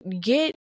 get